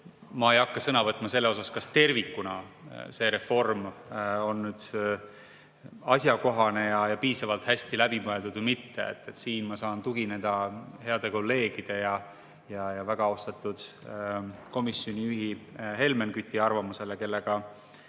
ma ei hakka sõna võtma selle kohta, kas tervikuna see reform on asjakohane ja piisavalt hästi läbi mõeldud või mitte. Siin ma saan tugineda heade kolleegide ja väga austatud komisjoni juhi Helmen Küti arvamusele, kellega